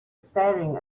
staring